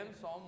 Psalm